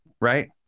right